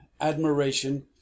admiration